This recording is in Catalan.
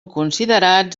considerats